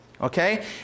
Okay